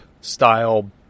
style